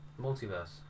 Multiverse